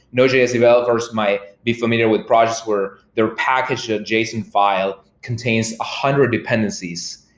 node js developer might be familiar with projects where their package json file contains a hundred dependencies.